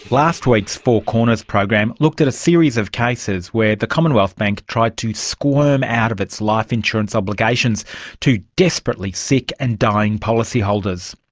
last week's four corners program looked at a series of cases where the commonwealth bank tried to squirm out of its life insurance obligations to desperately sick and dying policyholders.